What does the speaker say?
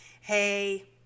hey